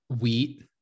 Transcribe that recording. wheat